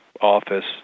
Office